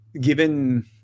given